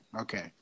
Okay